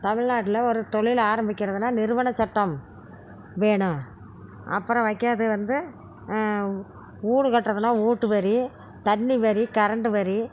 தமிழ்நாட்டில் ஒரு தொழில் ஆரம்பிக்கிறதுன்னா நிறுவனச் சட்டம் வேணும் அப்பறம் வைக்கறது வந்து வீடு கட்டுறதெல்லாம் வீட்டு வரி தண்ணி வரி கரண்ட்டு வரி